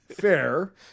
fair